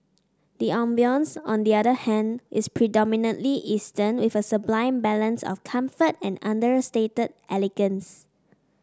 the ambience on the other hand is predominantly Eastern with a sublime balance of comfort and understated elegance